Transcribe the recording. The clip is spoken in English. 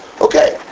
Okay